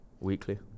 weekly